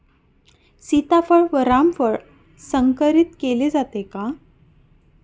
सीताफळ व रामफळ संकरित केले जाते का?